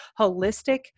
holistic